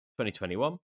2021